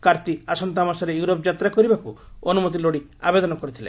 କାର୍ତ୍ତି ଆସନ୍ତା ମାସରେ ୟୁରୋପ ଯାତ୍ରା କରିବାକୁ ଅନୁମତି ଲୋଡ଼ି ଆବେଦନ କରିଥିଲେ